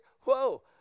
whoa